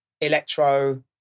electro